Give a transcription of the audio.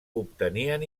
obtenien